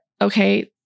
okay